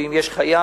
ואם יש חייל